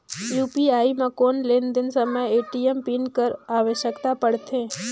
UPI म कौन लेन देन समय ए.टी.एम पिन कर आवश्यकता पड़थे?